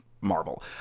Marvel